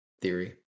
Theory